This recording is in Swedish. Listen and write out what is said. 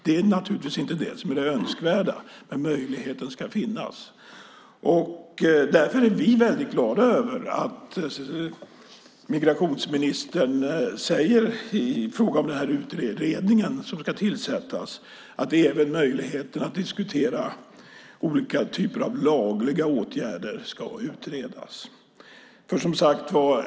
Det är naturligtvis inte det önskvärda, men möjligheten ska finnas. Därför är vi väldigt glada över att migrationsministern, i fråga om den utredning som ska tillsättas, säger att även olika typer av lagliga åtgärder ska utredas.